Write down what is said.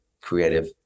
creative